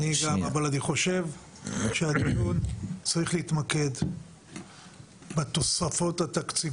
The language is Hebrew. אבל אני חושב שהדיון צריך להתמקד בתוספות התקציביות.